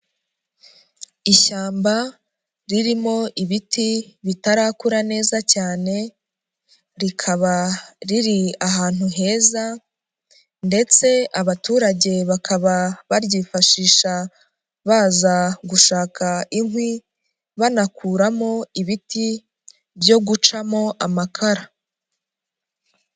Ishyamba ririmo ibiti bitarakura neza cyane, rikaba riri ahantu heza, ndetse abaturage bakaba baryifashisha, baza gushaka inkwi, banakuramo ibiti, byo gucamo amakara.